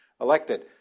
elected